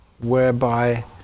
whereby